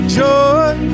joy